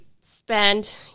spend